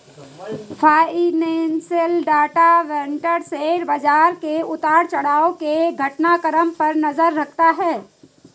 financial data vendor share बाजार के उतार चढ़ाव के घटनाक्रम पर नजर रखता है